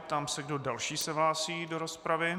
Ptám se, kdo další se hlásí do rozpravy.